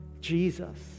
Jesus